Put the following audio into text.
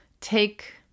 take